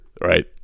right